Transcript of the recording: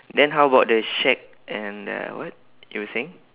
then how about the shack and the what you were saying